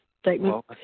statement